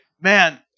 Man